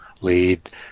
lead